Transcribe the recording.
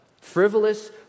Frivolous